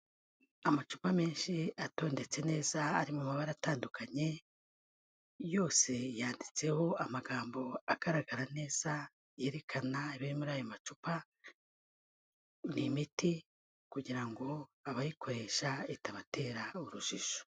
Amacupa menshi atondetse neza ari mu mabara atandukanye, yose yanditseho amagambo agaragara neza yerekana bene ayo macupa,n' imiti kugira ngo abayikoresha itabatera urujijo.